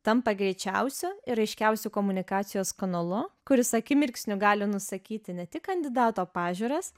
tampa greičiausiu ir aiškiausiu komunikacijos kanalu kuris akimirksniu gali nusakyti ne tik kandidato pažiūras